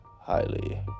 highly